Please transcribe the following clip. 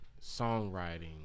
songwriting